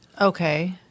Okay